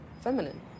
feminine